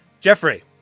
jeffrey